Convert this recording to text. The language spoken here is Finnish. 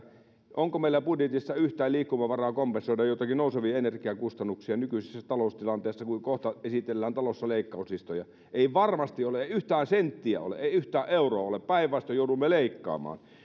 onko meillä budjetissa yhtään liikkumavaraa kompensoida joitakin nousevia energiakustannuksia nykyisessä taloustilanteessa kun kohta esitellään talossa leikkauslistoja ei varmasti ole ei yhtään senttiä ole ei yhtään euroa ole päinvastoin joudumme leikkaamaan